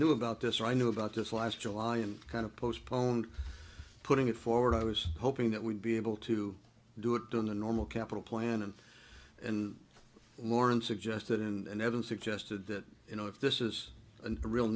knew about this i knew about this last july and kind of postponed putting it forward i was hoping that we'd be able to do it during the normal capital plan and and lauren suggested and evan suggested that you know if this is a real